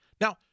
Now